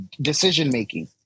decision-making